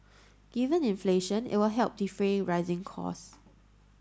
given inflation it will help defray rising costs